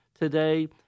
today